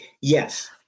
yes